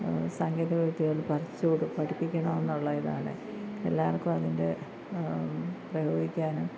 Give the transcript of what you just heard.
സാങ്കേതിക വിദ്യകൾ പഠിച്ച് കൊടുക്കാൻ പഠിപ്പിക്കണമെന്നുള്ള ഇതാണ് എല്ലാവർക്കും അതിൻ്റെ പ്രയോഗിക്കാനും